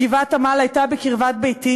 גבעת-עמל הייתה בקרבת ביתי,